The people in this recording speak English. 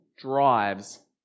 drives